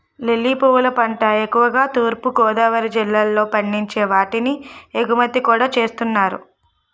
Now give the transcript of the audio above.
lily పువ్వుల పంట ఎక్కువుగా తూర్పు గోదావరి జిల్లాలో పండించి వాటిని ఎగుమతి కూడా చేస్తున్నారు